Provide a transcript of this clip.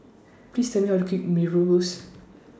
Please Tell Me How to Cake Mee Rebus